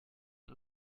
und